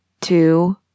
two